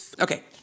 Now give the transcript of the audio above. Okay